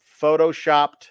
photoshopped